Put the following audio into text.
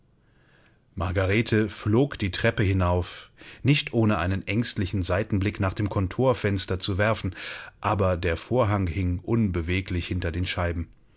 margarete flog die treppe hinauf nicht ohne einen ängstlichen seitenblick nach dem kontorfenster zu werfen aber der vorhang hing unbeweglich hinter den scheiben